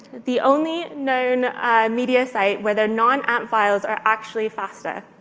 the only known media site where their non-amp files are actually faster.